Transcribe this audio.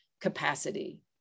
capacity